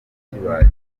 kibaye